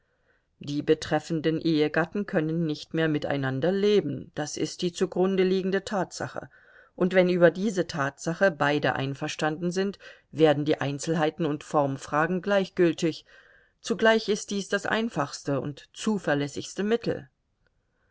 die betreffenden ehegatten können nicht mehr miteinander leben das ist die zugrunde liegende tatsache und wenn über diese tatsache beide einverstanden sind werden die einzelheiten und formfragen gleichgültig zugleich ist dies das einfachste und zuverlässigste mittel